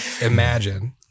imagine